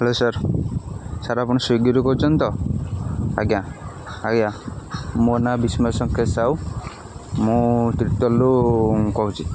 hello sir sir ଆପଣ ସ୍ଵିଗିରୁ କହୁଛନ୍ତି ତ ଆଜ୍ଞା ଆଜ୍ଞା ମୋ ନାଁ ବିଷ୍ମୟ ସଂଙ୍କେତ ସାହୁ ମୁଁ ତିର୍ତ୍ତୋଲ୍ରୁ କହୁଛି